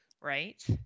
Right